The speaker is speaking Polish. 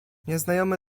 nieznajomy